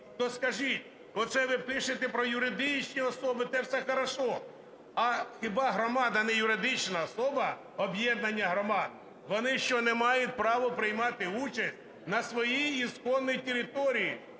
То скажіть, оце ви пишете про юридичні особи, це все хорошо, а хіба громада не юридична особа? Об'єднання громад. Вони що не мають права приймати участь на своїй исконной території,